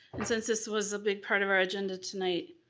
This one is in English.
and since this was a big part of our agenda tonight,